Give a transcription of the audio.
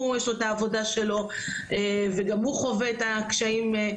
יש לו את העבודה שלו וגם הוא חווה את הקשיים,